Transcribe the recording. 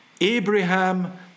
Abraham